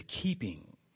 keeping